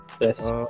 Yes